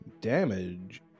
Damage